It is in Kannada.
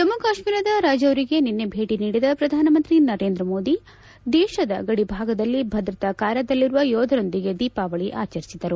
ಜಮ್ನು ಕಾಶ್ಮೀರದ ರಜೌರಿಗೆ ನಿನ್ನೆ ಭೇಟಿ ನೀಡಿದ ಪ್ರಧಾನಮಂತ್ರಿ ನರೇಂದ್ರ ಮೋದಿ ದೇಶದ ಗಡಿ ಭಾಗದಲ್ಲಿ ಭರ್ತತಾ ಕಾರ್ಯದಲ್ಲಿರುವ ಯೋಧರೊಂದಿಗೆ ದೀಪಾವಳಿ ಆಚರಿಸಿದರು